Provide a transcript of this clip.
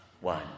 one